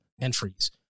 entries